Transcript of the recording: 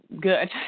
good